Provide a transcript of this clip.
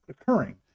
occurring